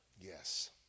yes